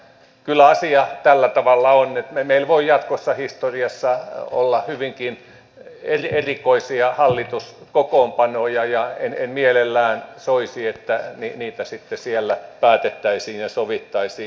kyllä asia tällä tavalla on että meillä voi jatkossa historiassa olla hyvinkin erikoisia hallituskokoonpanoja ja en mielellään soisi että niitä sitten siellä päätettäisiin ja sovittaisiin